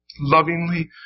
lovingly